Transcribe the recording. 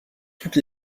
toutes